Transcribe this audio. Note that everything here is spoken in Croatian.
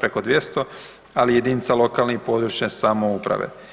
preko 200, ali i jedinica lokalne i područne samouprave.